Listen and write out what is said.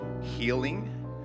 healing